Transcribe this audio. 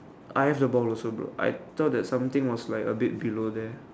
I have the ball also bro I thought that something was like a bit below there